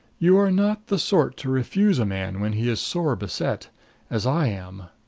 you are not the sort to refuse a man when he is sore beset as i am.